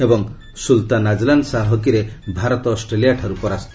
ଏବଂ Sultan Azlan Shah ହକିରେ ଭାରତ ଅଷ୍ଟ୍ରେଲିଆଠାରୁ ପରାସ୍ତ